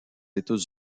états